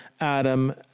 Adam